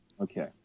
Okay